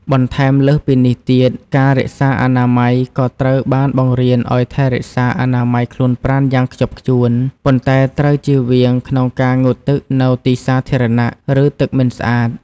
បន្ថែមលើសពីនេះទៀត ការរក្សាអនាម័យ ក៏ត្រូវបានបង្រៀនឱ្យថែរក្សាអនាម័យខ្លួនប្រាណយ៉ាងខ្ជាប់ខ្ជួន ប៉ុន្តែត្រូវជៀសវាងក្នុងការងូតទឹកនៅទីសាធារណៈ ឬ ទឹកមិនស្អាត។